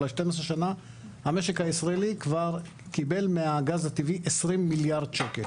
אולי 12 שנה המשק הישראלי כבר קיבל מהגז הטבעי 20 מיליארד שקל.